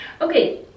Okay